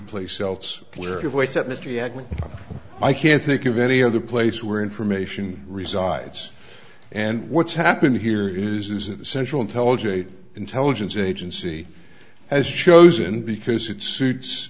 actually i can't think of any other place where information resides and what's happened here is that the central intelligence intelligence agency has chosen because it suits